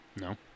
No